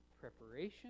preparation